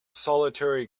solitary